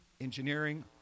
engineering